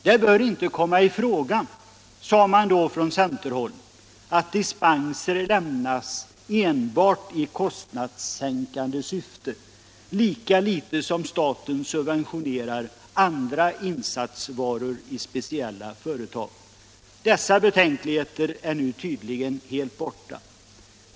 Det bör inte komma i fråga, sade man då från centerhåll, att dispenser lämnas enbart i kostnadssänkande syfte, lika litet som staten subventionerar andra insatsvaror i speciella företag. Dessa betänkligheter är nu tydligen helt borta.